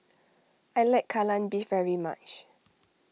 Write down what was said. I like Kai Lan Beef very much